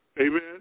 Amen